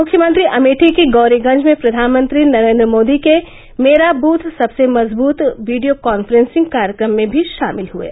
मुख्यमंत्री अमेठी के गौरीगंज में प्रधानमंत्री नरेन्द्र मोदी के मेरा वृथ सबसे मजबूत वीडियो काफ्रेंसिंग कार्यक्रम में भी शामिल हुये